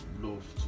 Love